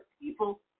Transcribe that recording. people